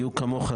בדיוק כמוך,